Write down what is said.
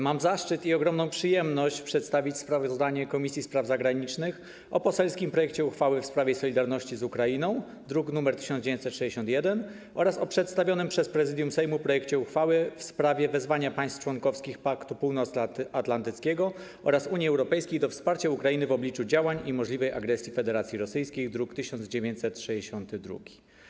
Mam zaszczyt i ogromną przyjemność przedstawić sprawozdanie Komisji Spraw Zagranicznych o poselskim projekcie uchwały w sprawie solidarności z Ukrainą, druk nr 1961, oraz o przedstawionym przez Prezydium Sejmu projekcie uchwały w sprawie wezwania państw członkowskich Paktu Północnoatlantyckiego oraz Unii Europejskiej do wsparcia Ukrainy w obliczu działań i możliwej agresji Federacji Rosyjskiej, druk nr 1962.